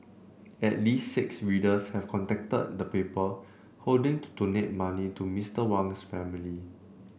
at least six readers have contacted the paper hoping to donate money to Mr Wang's family